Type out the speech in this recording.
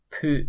put